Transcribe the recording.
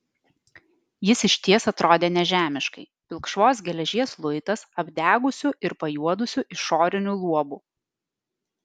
jis išties atrodė nežemiškai pilkšvos geležies luitas apdegusiu ir pajuodusiu išoriniu luobu